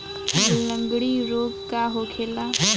लगड़ी रोग का होखेला?